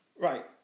Right